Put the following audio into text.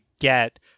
get